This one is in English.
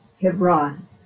Hebron